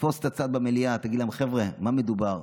תפוס את הצד במליאה, תגיד להם: חבר'ה, במה מדובר?